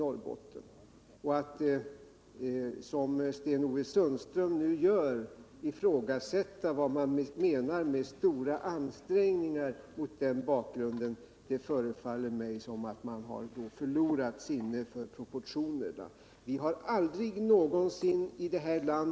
Det har alltså gjorts och görs alltjämt mycket stora insatser för Norrbotten. Mot den bakgrunden förefaller det mig som om man hade förlorat sinnet för proportioner, när man som Sten-Ove Sundström här gjorde ifrågasätter vad som menas med stora ansträngningar.